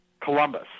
Columbus